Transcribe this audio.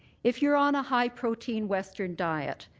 if you're on a high protein western diet,